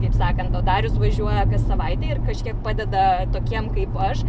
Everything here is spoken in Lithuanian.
taip sakant o darius važiuoja kas savaitę ir kažkiek padeda tokiem kaip aš